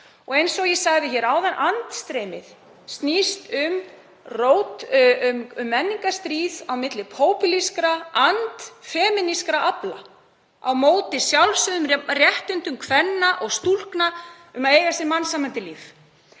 þess í lög. Andstreymið snýst um menningarstríð á milli popúlískra, and-femínískra afla á móti sjálfsögðum réttindum kvenna og stúlkna um að eiga sér mannsæmandi líf.